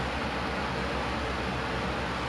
it was just like a form of like expression